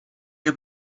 heb